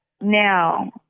now